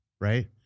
right